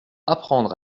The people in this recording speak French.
apprendre